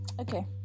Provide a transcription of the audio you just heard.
okay